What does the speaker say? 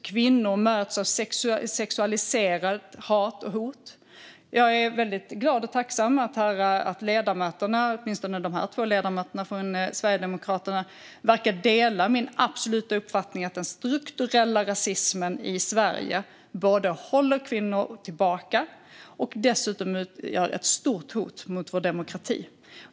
Kvinnor möts av hat och hot som är sexualiserat. Jag är väldigt glad och tacksam över att höra att ledamöterna - åtminstone dessa två ledamöter från Sverigedemokraterna - verkar dela min absoluta uppfattning om att den strukturella rasismen i Sverige håller tillbaka kvinnor och dessutom utgör ett stort hot mot vår demokrati.